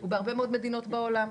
הוא בהרבה מאוד מדינות בעולם.